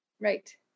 Right